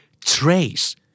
Trace